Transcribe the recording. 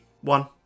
One